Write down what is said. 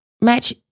Match